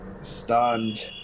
stunned